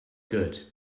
good